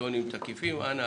טונים תקיפים אנא,